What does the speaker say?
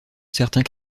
certains